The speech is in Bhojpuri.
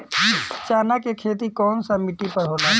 चन्ना के खेती कौन सा मिट्टी पर होला?